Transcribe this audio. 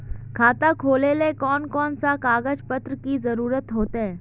खाता खोलेले कौन कौन सा कागज पत्र की जरूरत होते?